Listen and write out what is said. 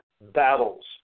battles